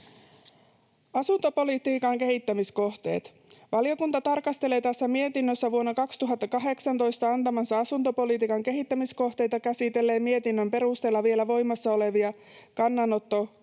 Asuntopolitiikan kehittämiskohteet: Valiokunta tarkastelee tässä mietinnössään vuonna 2018 antamansa asuntopolitiikan kehittämiskohteita käsitelleen mietinnön perusteella vielä voimassa olevien kannanottokohtien